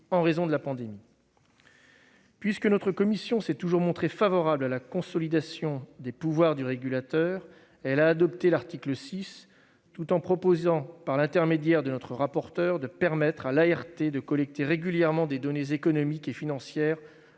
en raison de la pandémie. Puisque notre commission s'est toujours montrée favorable à la consolidation des pouvoirs du régulateur, elle a adopté l'article 6, tout en proposant, par l'intermédiaire de notre rapporteur, de permettre à l'ART de collecter régulièrement des données économiques et financières